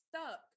stuck